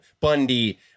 Bundy